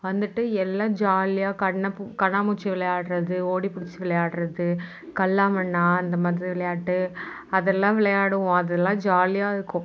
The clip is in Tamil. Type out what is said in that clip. வந்துட்டு எல்லாம் ஜாலியாக கண் கண்ணாமூச்சி விளையாடுறது ஓடிப்பிடிச்சி விளையாடுறது கல்லா மண்ணா இந்த மாதிரி விளையாட்டு அதெல்லாம் விளையாடுவோம் அதெலாம் ஜாலியாக இருக்கும்